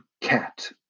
cat